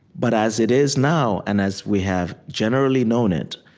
but as it is now and as we have generally known it,